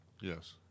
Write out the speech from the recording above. Yes